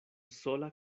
sola